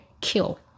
kill